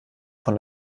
von